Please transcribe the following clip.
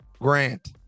grant